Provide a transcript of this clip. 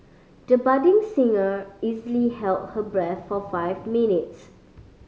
the budding singer easily held her breath for five minutes